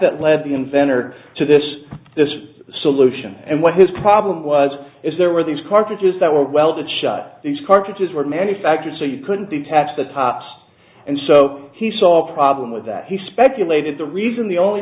that led the inventor to this solution and what his problem was is there were these cartridges that were welded shut these cartridges were manufactured so you couldn't detach the tops and so he saw a problem with that he speculated the reason the only